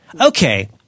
okay